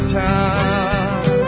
time